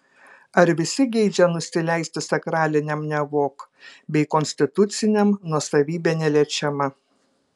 ar visi geidžia nusileisti sakraliniam nevok bei konstituciniam nuosavybė neliečiama